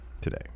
today